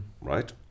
right